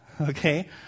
okay